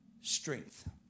strength